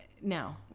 now